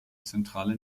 zentrale